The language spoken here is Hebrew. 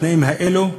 בתנאים האלה.